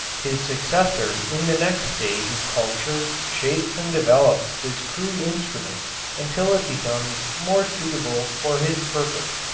his successor in the next stage of culture shapes and develops this crude instrument until it becomes more suitable for his purpose.